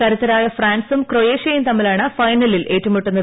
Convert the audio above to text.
കരുത്തരായ ഫ്രാൻസും ക്രൊയേഷ്യയും തമ്മിലാണ് ഫൈനലിൽ ഏറ്റുമുട്ടുന്നത്